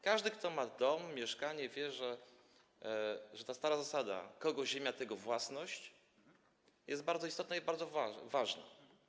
Każdy, kto ma dom, mieszkanie wie, że ta stara zasada: czyja ziemia, tego własność, jest bardzo istotna i bardzo ważna.